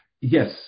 Yes